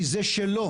כי זה שלו,